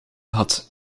had